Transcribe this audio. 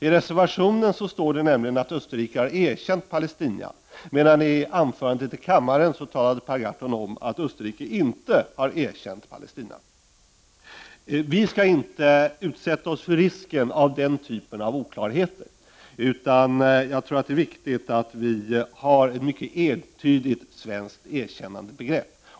I reservationen står nämligen att Österrike har erkänt Palestina, medan Per Gahrton i anförandet i kammaren talade om att Österrike inte har erkänt Palestina. Vi skall inte utsätta oss för risken att råka ut för den typen av oklarheter, utan det är viktigt att vi i Sverige har ett mycket entydigt erkännandebegrepp.